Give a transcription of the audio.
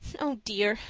oh dear,